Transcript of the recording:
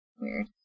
weird